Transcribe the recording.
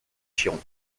chiron